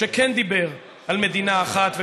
שכן דיברו על מדינה אחת,